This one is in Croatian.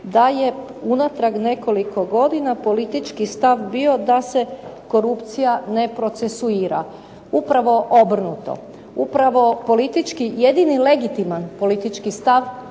da je unatrag nekoliko godina politički stav bio da se korupcija ne procesuira. Upravo obrnuto. Upravo politički, jedini legitiman politički stav